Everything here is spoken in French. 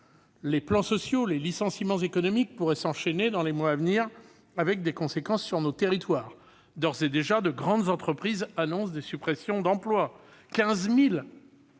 les plans sociaux et les licenciements économiques pourraient s'enchaîner dans les mois à venir, avec des conséquences sur nos territoires. D'ores et déjà, de grandes entreprises annoncent des suppressions d'emplois : 15 000